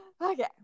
Okay